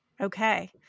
okay